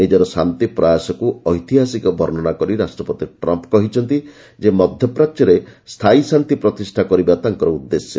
ନିଜର ଶାନ୍ତି ପ୍ରୟାସକୁ ଐତିହାସିକ ବର୍ଣ୍ଣନା କରି ରାଷ୍ଟ୍ରପତି ଟ୍ରମ୍ପ କହିଛନ୍ତି ଯେ ମଧ୍ୟପ୍ରାଚ୍ୟରେ ସ୍ଥାୟୀ ଶାନ୍ତି ପ୍ରତିଷ୍ଠା କରିବା ତାଙ୍କର ଉଦ୍ଦେଶ୍ୟ